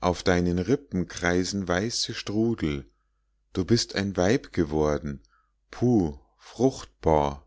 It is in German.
auf deinen rippen kreisen weiße strudel du bist ein weib geworden puh fruchtbar